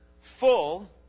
full